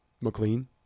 McLean